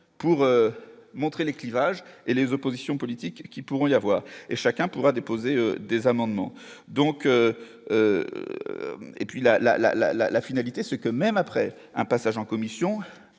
pour montrer les clivages et les oppositions politiques qui pourront y avoir et chacun pourra déposer des amendements, donc, et puis la la la la finalité, ce que même après un passage en commission,